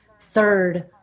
third